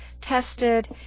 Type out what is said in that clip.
tested